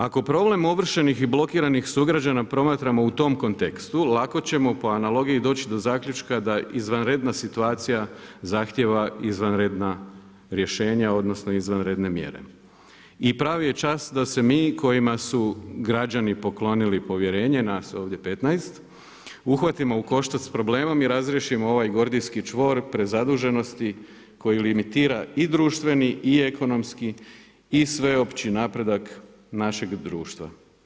Ako problem ovršenih i blokiranih sugrađana promatramo u tom kontekstu, lako ćemo po analogiji doći do zaključka da izvanredna situacija zahtijeva izvanredna rješenja odnosno izvanredne mjere i pravi je čas se mi kojima su građani poklonili povjerenje, nas ovdje 15, uhvatimo u koštac s problemom i razriješimo ovaj gordijski čvor prezaduženosti koji limitira i društveni i ekonomski i sveopći napredak našeg društva.